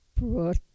brought